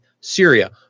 Syria